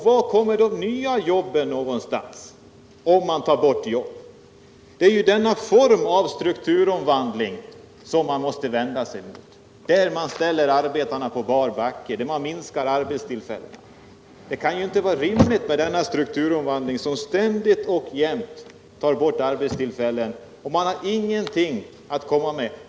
Var kommer de nya jobben, om man tar bort de gamla? Det är den formen av strukturomvandling som man måste vända sig mot, där man ställer arbetarna på bar backe, när man minskar arbetstillfällena. Det kan inte vara rimligt med denna strukturomvandling som ständigt och jämt tar bort arbetstillfällen. Man har ingenting annat att komma med.